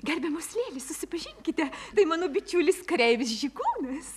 gerbiamps lėlės susipažinkite tai mano bičiulis kareivis žygūnas